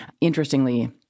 interestingly